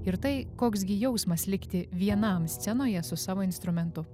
ir tai koks gi jausmas likti vienam scenoje su savo instrumentu